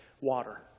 water